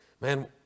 Man